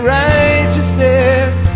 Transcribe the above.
righteousness